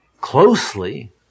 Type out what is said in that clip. closely